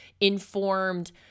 informed